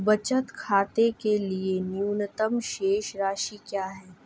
बचत खाते के लिए न्यूनतम शेष राशि क्या है?